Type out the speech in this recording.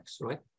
right